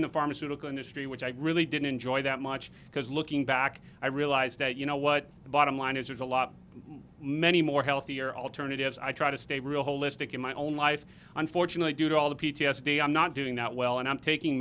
in the pharmaceutical industry which i really didn't enjoy that much because looking back i realized that you know what the bottom line is there's a lot many more healthier alternatives i try to stay real holistic in my own life unfortunately due to all the p t s d i'm not doing that well and i'm taking